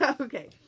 okay